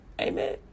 Amen